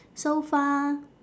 so far